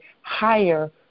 higher